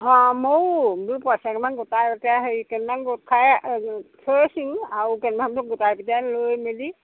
অঁ ময়ো বোলো পইচা কেটামান গোটাই গোটেই হেৰি কেইটামান গোট খাই থৈছো আৰু কেটভাগ গোটাইপিটাই লৈ মেলি